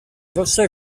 você